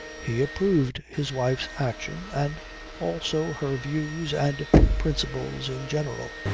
he approved his wife's action and also her views and principles in general.